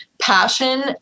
passion